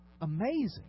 amazing